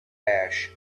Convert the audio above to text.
ash